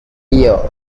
dio